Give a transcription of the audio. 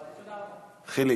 חיליק?